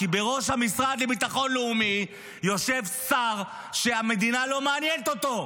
כי בראש המשרד לביטחון לאומי יושב שר שהמדינה לא מעניינת אותו.